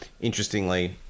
interestingly